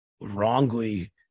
wrongly